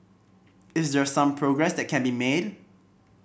is there some progress that can be made